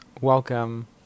welcome